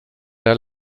der